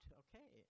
okay